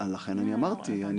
לכן אמרתי שאני